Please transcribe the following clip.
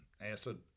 acid